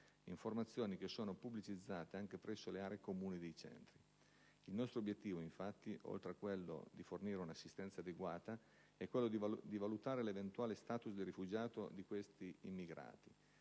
informazioni che sono pubblicizzate anche presso le aree comuni dei centri. Il nostro obiettivo, infatti, oltre a quello di fornire un'assistenza adeguata è quello di valutare l'eventuale *status* di rifugiato di questi immigrati,